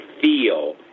feel